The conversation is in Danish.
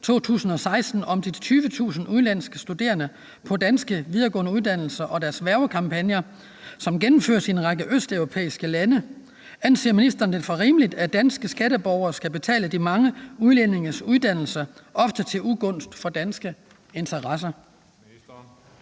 2016 om de 20.000 udenlandske studerende på danske videregående uddannelser og de hvervekampagner, som gennemføres i en række østeuropæiske lande – for rimeligt, at danske skatteborgere skal betale de mange udlændinges uddannelser, ofte til ugunst for danske interesser?